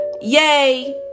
yay